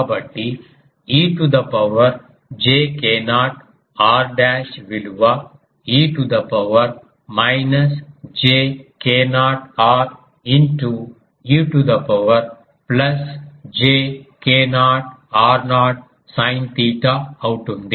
కాబట్టి e to the power j k0 r dash విలువ e to the power minus j k0 r into e to the power plus j k0 r0 sin theta అవుతుంది